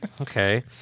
okay